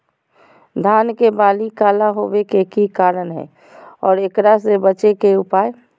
धान के बाली काला होवे के की कारण है और एकरा से बचे के उपाय?